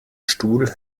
stuhl